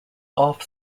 off